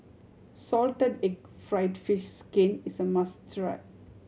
salted egg fried fish skin is a must try